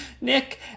Nick